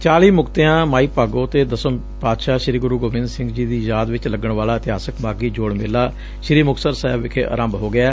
ਚਾਲੀ ਮੁਕਤਿਆਂ ਮਾਈ ਭਾਗੋ ਅਤੇ ਦਸਮ ਪਾਤਸ਼ਾਹ ਸ੍ਰੀ ਗੁਰੁ ਗੋਬਿੰਦ ਸਿੰਘ ਜੀ ਦੀ ਯਾਦ ਵਿੱਚ ਲੱਗਣ ਵਾਲਾ ਇਤਿਹਾਸਕ ਮਾਘੀ ਜੋੜ ਮੇਲਾ ਸ੍ਰੀ ਮੁਕਤਸਰ ਸਾਹਿਬ ਵਿਖੇ ਆਰੰਭ ਹੋ ਗਿਐ